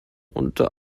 unter